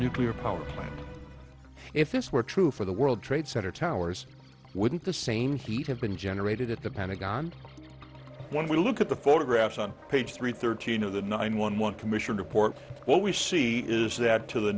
nuclear power plant if this were true for the world trade center towers wouldn't the same heat have been generated at the pentagon when we look at the photographs on page three thirteen of the nine one one commission report what we see is that to the